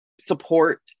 support